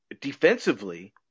defensively